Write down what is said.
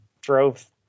drove